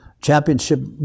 Championship